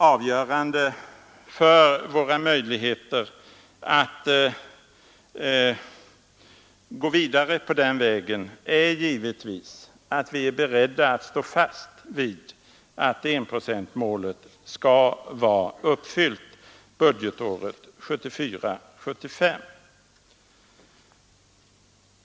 Av avgörande betydelse blir givetvis att vi är beredda att stå fast vid att enprocentsmålet skall vara uppfyllt under budgetåret 1974/75.